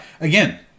again